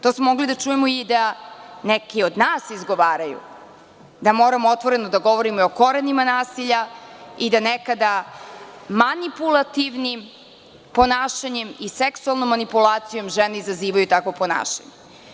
To smo mogli da čujemo da i neki od nas izgovaraju, da moramo otvoreno da govorimo i o korenima nasilja i da nekada manipulativnim ponašanjem i seksualnom manipulacijom žene izazivaju takvo ponašanje.